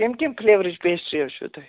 کَمہِ کَمہِ فُلیورٕچ پیسٹرٛی حظ چھِو تۄہہِ